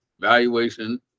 Valuation